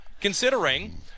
considering